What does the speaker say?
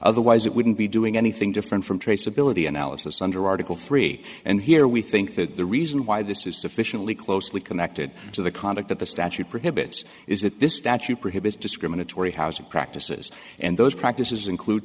otherwise it wouldn't be doing anything different from traceability analysis under article three and here we think that the reason why this is sufficiently closely connected to the conduct that the statute prohibits is that this statute prohibits discriminatory housing practices and those practices include